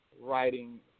writing